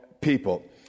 people